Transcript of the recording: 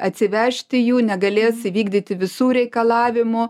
atsivežti jų negalės įvykdyti visų reikalavimų